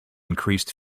increased